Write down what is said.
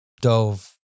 dove